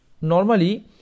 normally